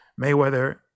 Mayweather